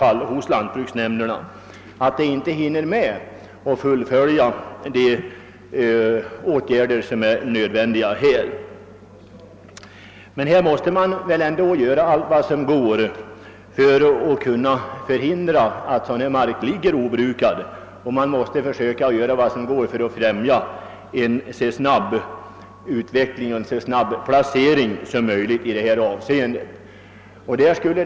Att lantbruksnämnderna inte hinner vidtaga nödvändiga åtgärder kan i många fall bero på brist på personal. Man måste emellertid göra vad som är möjligt för att förhindra att deras mark ligger obrukad och för att främja en så snabb placering som möjligt av lantbruksnämndernas jordinnehav.